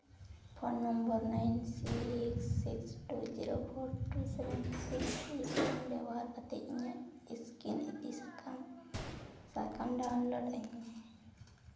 phone number nine six six two zero four two seven six eight one ᱵᱮᱵᱚᱦᱟᱨ ᱠᱟᱛᱮ ᱤᱧᱟᱹᱜ ᱤᱥᱠᱤᱱ ᱥᱤᱫᱽ ᱥᱟᱠᱟᱢ ᱥᱟᱠᱟᱢ ᱰᱟᱣᱩᱱᱞᱳᱰ ᱟᱹᱧ ᱢᱮ